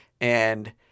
And-